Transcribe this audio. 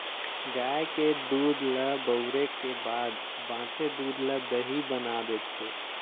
गाय के दूद ल बउरे के बाद बॉंचे दूद ल दही बना देथे